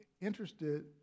interested